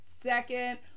Second